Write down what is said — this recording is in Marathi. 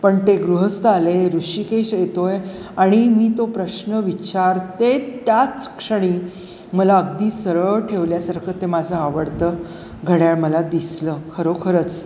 पण ते गृहस्थ आले ऋषिकेश येतो आहे आणि मी तो प्रश्न विचार ते त्याच क्षणी मला अगदी सरळ ठेवल्यासारखं ते माझं आवडतं घड्याळ मला दिसलं खरोखरच